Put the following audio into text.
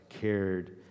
cared